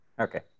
Okay